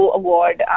award